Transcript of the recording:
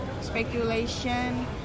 speculation